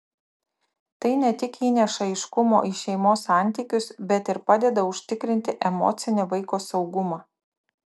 tai ne tik įneša aiškumo į šeimos santykius bet ir padeda užtikrinti emocinį vaiko saugumą